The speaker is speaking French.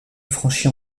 franchit